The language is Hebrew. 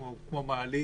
כמו מעלית,